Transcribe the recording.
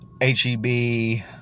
H-E-B